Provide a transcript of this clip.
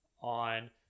on